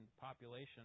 population